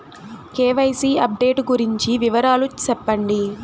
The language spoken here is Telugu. కె.వై.సి అప్డేట్ గురించి వివరాలు సెప్పండి?